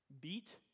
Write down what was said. beat